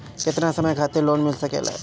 केतना समय खातिर लोन मिल सकेला?